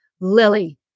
Lily